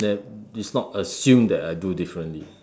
I that is not assumed that I do differently